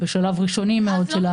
בשלב ראשוני מאוד.